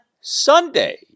Sunday